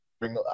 bring